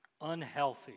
Unhealthy